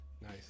Nice